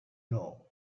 know